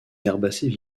herbacées